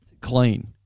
clean